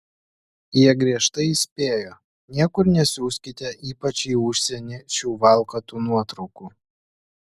jie griežtai įspėjo niekur nesiųskite ypač į užsienį šių valkatų nuotraukų